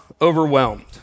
overwhelmed